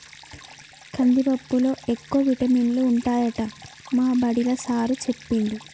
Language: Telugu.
కందిపప్పులో ఎక్కువ విటమినులు ఉంటాయట మా బడిలా సారూ చెప్పిండు